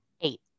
Eight